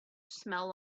smell